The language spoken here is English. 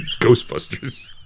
Ghostbusters